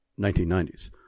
1990s